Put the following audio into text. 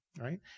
right